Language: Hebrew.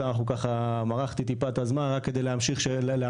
סתם ככה מרחתי טיפה את הזמן כדי להמחיש